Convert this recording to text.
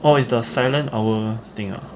oh is the silent hour thing ah